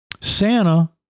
Santa